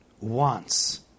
wants